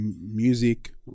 music